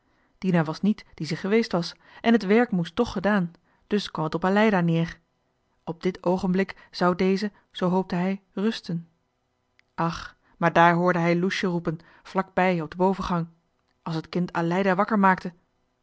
dina was niet die ze geweest was en het werk moest toch gedaan dus kwam het op aleida neer op dit oogenblik zou zij zoo hoopte hij rusten ach maar daar hoorde hij loesje roepen vlakbij op de bovengang als t kind aleida wakker maakte